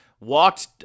walked